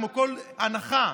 כמו כל הנחה,